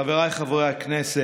חבריי חברי הכנסת,